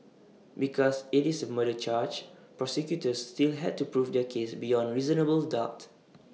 because IT is A murder charge prosecutors still had to prove their case beyond reasonable doubt